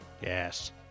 Yes